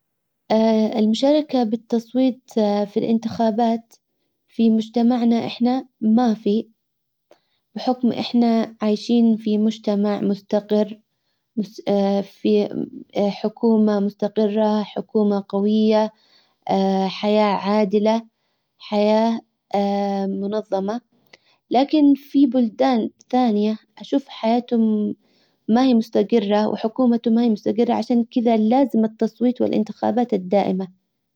المشاركة بالتصويت في الانتخابات في مجتمعنا احنا ما في بحكم احنا عايشين في مجتمع مستقر في حكومة مستقرة حكومة قوية حياة عادلة حياة منظمة لكن في بلدان ثانية اشوف حياتهم ما هي مستجرة وحكومته ما هي مستجرة عشان كذا لازم التصويت والانتخابات الدائمة.